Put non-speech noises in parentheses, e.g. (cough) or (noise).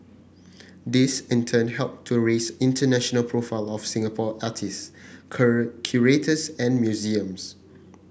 this in turn help to raise international profile of Singapore artist (unintelligible) curators and museums